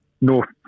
north